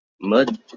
Mud